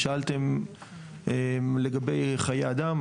שאלתם לגבי חיי אדם,